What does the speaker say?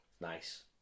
Nice